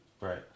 Right